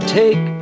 take